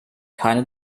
keine